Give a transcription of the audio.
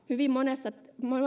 hyvin monessa